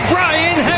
Brian